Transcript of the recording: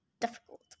difficult